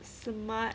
smart